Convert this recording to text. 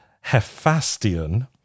Hephaestion